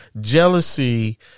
Jealousy